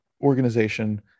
organization